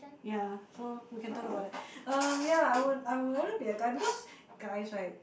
ya so we can talk about it um yeah I would I would rather be a guy because guys [right]